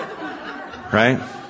Right